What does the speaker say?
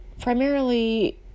primarily